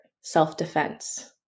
self-defense